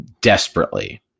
desperately